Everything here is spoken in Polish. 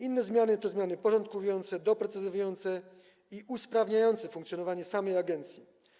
Inne zmiany to zmiany porządkujące, doprecyzowujące i usprawniające funkcjonowanie samej agencji.